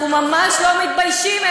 אנחנו ממש לא מתביישים.